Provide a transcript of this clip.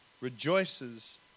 rejoices